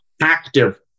active